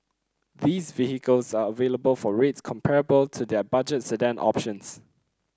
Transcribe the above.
these vehicles are available for rates comparable to their budget sedan options